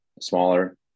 smaller